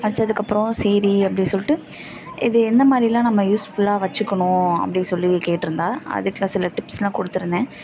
வச்சதுக்கு அப்புறம் சரி அப்படி சொல்லிட்டு இது எந்த மாதிரிலாம் நம்ம யூஸ்ஃபுல்லாக வச்சிக்கணும் அப்படி சொல்லி கேட்ருந்தா அதுக்குலாம் சில டிப்ஸ்லாம் கொடுத்துருந்தேன்